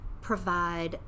provide